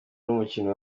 n’umukino